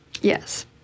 Yes